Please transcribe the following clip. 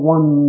One